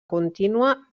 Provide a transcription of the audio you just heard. contínua